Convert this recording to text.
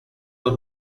los